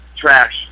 trash